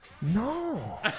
No